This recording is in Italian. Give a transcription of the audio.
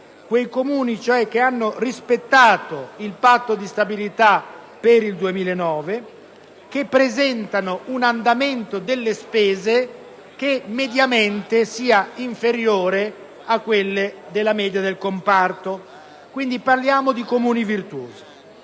quei Comuni cioè che hanno rispettato il patto di stabilità per il 2009 che presentano un andamento delle spese che mediamente sia inferiore a quello della media del comparto. L'emendamento